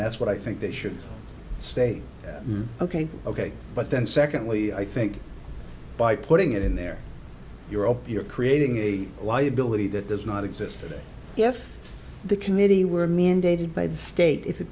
that's what i think they should state ok ok but then secondly i think by putting it in there you're up you're creating a liability that is not exist today if the committee were mandated by the state if it